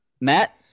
Matt